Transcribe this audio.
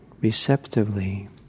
receptively